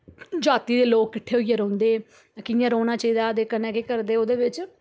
जाती दे लोग किट्ठे होइये रौह्न्दे ताकि कियां रौह्ना चाहिदा कन्नै केह् करदे ओह्दे बिच